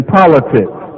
politics